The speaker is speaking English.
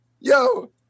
Yo